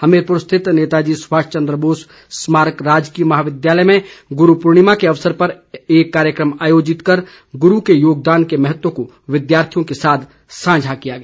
हमीरपुर स्थित नेता जी सुभाष चंद्र बोर्स स्मारक राजकीय महाविद्यालय में गुरू पूर्णिमा के अवसर पर एक कार्यक्रम आयोजित कर गुरू के योगदान के महत्व को विद्यार्थियों के साथ सांझा किया गया